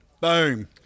Boom